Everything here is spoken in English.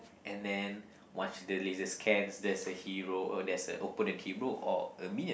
and then once the laser scans there's a hero or there's a opponent hero or a minion